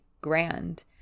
grand